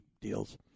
deals